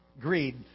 Greed